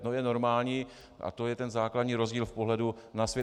To je normální a to je ten základní rozdíl v pohledu na svět.